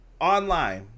online